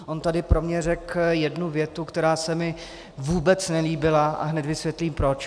On tady pro mě řekl jednu větu, která se mi vůbec nelíbila, a hned vysvětlím proč.